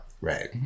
Right